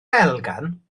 elgan